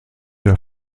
der